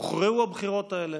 הוכרעו הבחירות האלה,